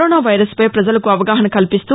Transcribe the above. corona వైరస్పై ప్రజలకు అవగాహన కల్పిస్తూ